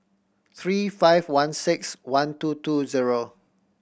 three five one six one two two zero